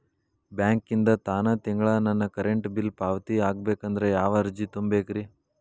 ಬ್ಯಾಂಕಿಂದ ತಾನ ತಿಂಗಳಾ ನನ್ನ ಕರೆಂಟ್ ಬಿಲ್ ಪಾವತಿ ಆಗ್ಬೇಕಂದ್ರ ಯಾವ ಅರ್ಜಿ ತುಂಬೇಕ್ರಿ?